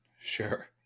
Sure